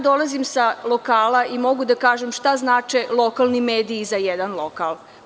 Dolazim sa lokala i mogu da kažem šta znače lokalni mediji i za jedan lokal.